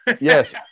Yes